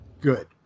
Good